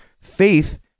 Faith